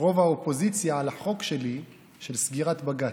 רוב האופוזיציה על החוק שלי של סגירת בג"ץ,